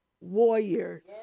Warriors